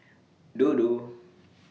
Dodo